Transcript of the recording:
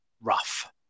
Rough